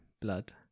blood